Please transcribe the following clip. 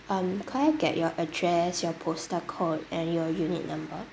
um could I get your address your postal code and your unit number